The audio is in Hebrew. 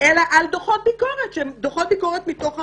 אלא על דוחות ביקורת שהן ביקורות מתוך המערכת.